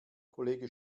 kollege